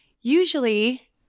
Usually